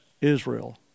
Israel